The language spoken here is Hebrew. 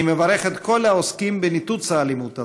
אני מברך את כל העוסקים בניתוץ האלימות הזאת,